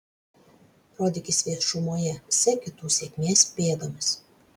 rodykis viešumoje sek kitų sėkmės pėdomis